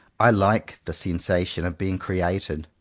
i like the sensation of being created.